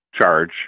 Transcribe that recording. charge